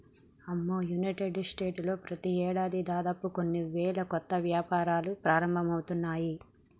అమ్మో United States లో ప్రతి ఏడాది దాదాపు కొన్ని వేల కొత్త వ్యాపారాలు ప్రారంభమవుతున్నాయి